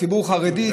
ציבור חרדי,